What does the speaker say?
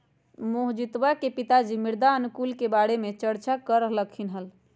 मोहजीतवा के पिताजी मृदा अनुकूलक के बारे में चर्चा कर रहल खिन हल